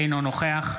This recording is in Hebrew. אינו נוכח